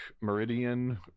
meridian